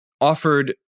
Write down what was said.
offered